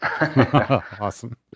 awesome